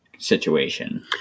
Situation